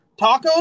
tacos